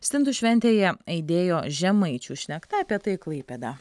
stintų šventėje aidėjo žemaičių šnekta apie tai klaipėda